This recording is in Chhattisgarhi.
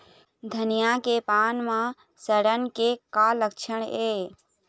धनिया के पान म सड़न के का लक्षण ये?